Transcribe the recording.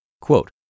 Quote